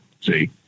See